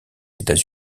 états